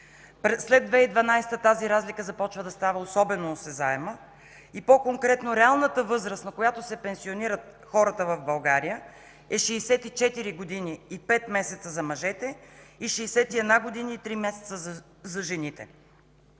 След 2012 г. тази разлика започва да става особено осезаема и по-конкретно реалната възраст, на която се пенсионират хората в България е 64 години и пет месеца за мъжете и 61 години и три месеца за жените.